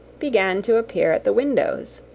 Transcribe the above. began to appear at the windows.